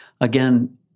again